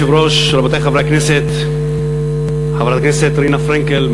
חברת הכנסת רינה פרנקל,